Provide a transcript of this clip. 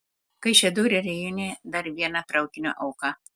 kaišiadorių rajone dar viena traukinio auka